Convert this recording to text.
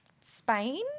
Spain